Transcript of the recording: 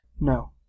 No